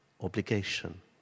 obligation